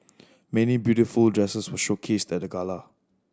many beautiful dresses were showcased at the gala